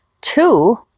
two